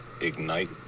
ignite